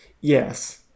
yes